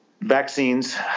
Vaccines